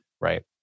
right